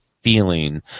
feeling